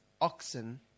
oxen